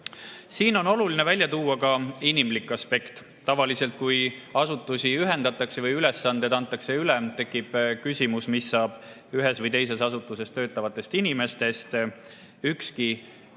Siin on oluline välja tuua ka inimlik aspekt. Tavaliselt, kui asutusi ühendatakse või ülesandeid üle antakse, tekib küsimus, mis saab ühes või teises asutuses töötavatest inimestest. Ükski